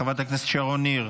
חברת הכנסת שרון ניר,